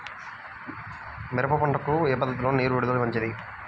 మిరప పంటకు ఏ పద్ధతిలో నీరు విడుదల మంచిది?